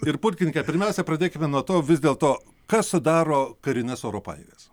ir pulkininke pirmiausia pradėkime nuo to vis dėl to kas sudaro karines oro pajėgas